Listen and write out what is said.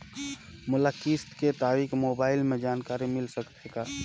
मोला किस्त के तारिक मोबाइल मे जानकारी मिल सकथे का?